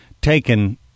taken